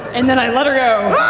and then i let her go.